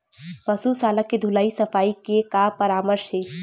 पशु शाला के धुलाई सफाई के का परामर्श हे?